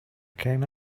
came